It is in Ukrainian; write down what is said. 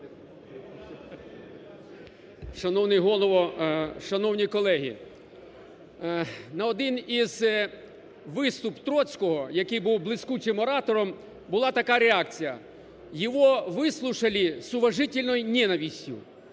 Шановні колеги! На один із виступ Троцького, який був блискучим оратором, була така реакція: "Его выслушали с уважительной ненавистью".